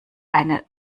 eine